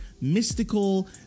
mystical